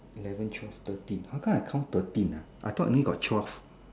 eleven twelve thirteen how come I count thirteen ah I thought only got twelve